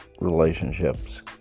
relationships